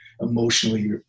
emotionally